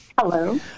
Hello